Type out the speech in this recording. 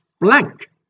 blank